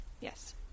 Yes